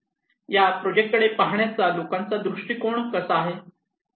या प्रोजेक्ट कडे पाहण्याचा लोकांचा दृष्टिकोन कसा आहे